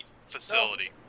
facility